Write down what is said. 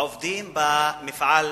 עובדים במפעל "תפרון"